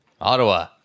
Ottawa